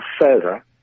further